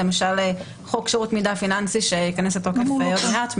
למשל חוק שירות מידע פיננסי שייכנס לתוקף עוד מעט,